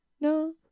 no